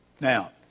Now